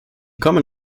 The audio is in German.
kommen